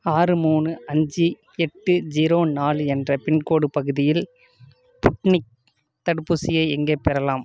ஆறு மூன்று அஞ்சு எட்டு ஜீரோ நாலு என்ற பின்கோடு பகுதியில் ஸ்புட்னிக் தடுப்பூசியை எங்கே பெறலாம்